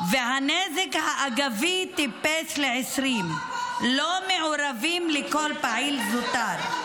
והנזק האגבי טיפס ל-20 לא מעורבים לכל פעיל זוטר.